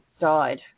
died